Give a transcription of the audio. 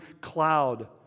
cloud